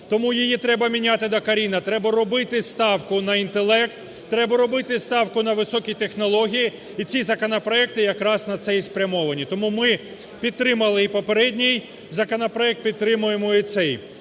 Тому її треба міняти докорінно. Треба робити ставку на інтелект, треба робити ставку на високі технології, і ці законопроекти якраз на це і спрямовані. Тому ми підтримали і попередній законопроект, підтримуємо і цей.